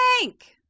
bank